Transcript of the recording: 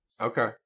Okay